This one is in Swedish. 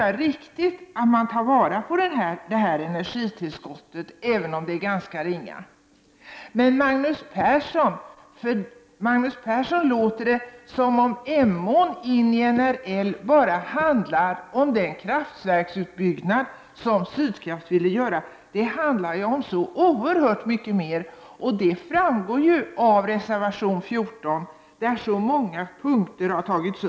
Det är riktigt att ta till vara detta elöverskott även om det är ganska ringa. Men på Magnus Persson låter det som om frågan om huruvida Emån skall tas med i NRL eller inte enbart är en fråga om den vattenkraftsutbyggnad som Sydkraft ville göra — det handlar ju om så oerhört mycket mer, och det framgår av reservation 14. I den har många olika punkter behandlats.